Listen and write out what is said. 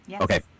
okay